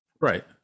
Right